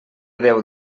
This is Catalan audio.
déu